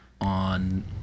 on